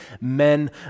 men